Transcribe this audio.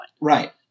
Right